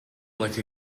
like